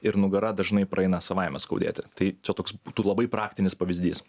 ir nugara dažnai praeina savaime skaudėti tai čia toks būtų labai praktinis pavyzdys